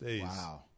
Wow